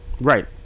Right